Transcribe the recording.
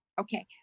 Okay